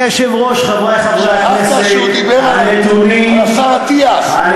שמעת שהוא דיבר על השר אטיאס, שאתם מתקיפים אותו.